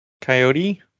Coyote